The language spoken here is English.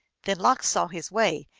then lox saw his way,